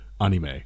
anime